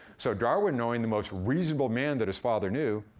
so darwin, knowing the most reasonable man that his father knew,